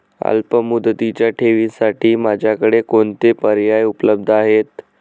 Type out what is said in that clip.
अल्पमुदतीच्या ठेवींसाठी माझ्याकडे कोणते पर्याय उपलब्ध आहेत?